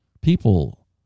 People